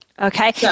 Okay